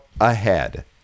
ahead